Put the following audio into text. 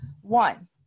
One